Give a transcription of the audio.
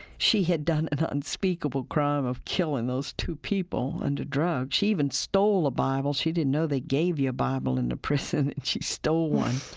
she had done the unspeakable crime of killing those two people under drugs. she even stole a bible. she didn't know they gave you a bible in the prison, and she stole one.